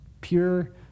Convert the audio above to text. pure